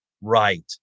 right